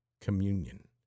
Communion